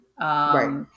Right